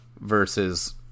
versus